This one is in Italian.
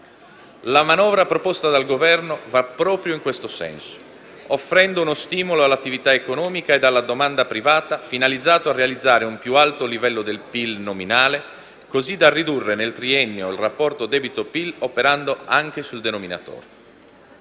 La manovra proposta dal Governo va proprio in questo senso, offrendo uno stimolo all'attività economica e alla domanda privata finalizzato a realizzare un più alto livello del PIL nominale, così da ridurre nel triennio il rapporto debito-PIL operando anche sul denominatore.